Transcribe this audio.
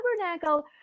tabernacle